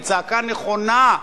היא צעקה נכונה,